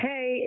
Hey